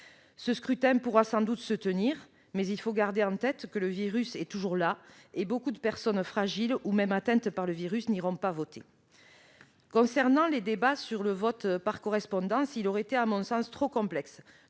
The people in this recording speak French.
Ce scrutin pourra sans doute se tenir, mais il faut garder en tête que le virus est toujours là, et beaucoup de personnes fragiles ou même atteintes par le virus n'iront pas voter. Pour ce qui concerne les débats sur le vote par correspondance, il aurait été, à mon sens, trop complexe